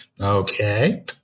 Okay